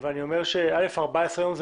אומר ש-14 ימים,